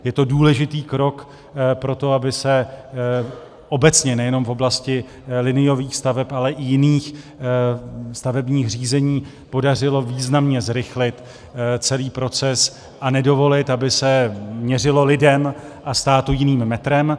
Je to důležitý krok pro to, aby se obecně, nejenom v oblasti liniových staveb, ale i v jiných stavebních řízeních podařilo významně zrychlit celý proces a nedovolit, aby se měřilo lidem a státu jiným metrem.